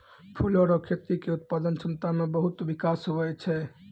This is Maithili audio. फूलो रो खेती के उत्पादन क्षमता मे बहुत बिकास हुवै छै